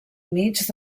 mig